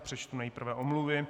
Přečtu nejprve omluvy.